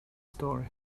story